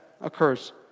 occurs